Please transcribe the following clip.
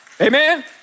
Amen